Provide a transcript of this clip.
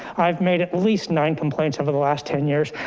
i've made at least nine complaints over the last ten years.